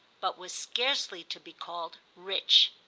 but was scarcely to be called rich.